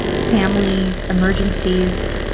family emergencies,